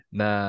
na